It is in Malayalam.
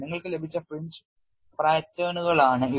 നിങ്ങൾക്ക് ലഭിച്ച ഫ്രിഞ്ച് പാറ്റേണുകളാണ് ഇവ